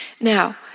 Now